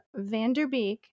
Vanderbeek